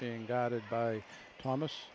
being guided by thomas